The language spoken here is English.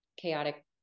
chaotic